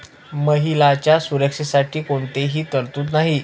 महिलांच्या सुरक्षेसाठी कोणतीही तरतूद नाही